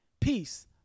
peace